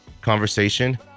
conversation